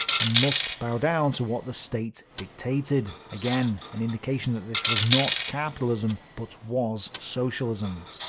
and must bow down to what the state dictated. again, an indication that this was not capitalism, but was socialism.